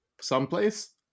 someplace